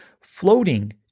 Floating